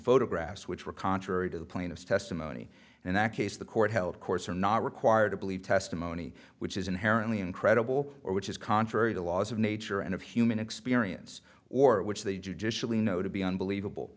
photographs which were contrary to the plaintiff's testimony and that case the court held courts are not required to believe testimony which is inherently incredible or which is contrary to laws of nature and of human experience or which they judicially know to be unbelievable